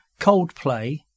Coldplay